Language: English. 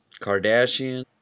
Kardashian